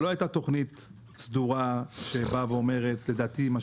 אבל לא הייתה תכנית סדורה שבאה ואומרת לדעתי מה